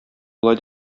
болай